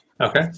Okay